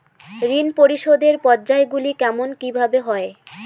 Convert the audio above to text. ঋণ পরিশোধের পর্যায়গুলি কেমন কিভাবে হয়?